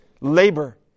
labor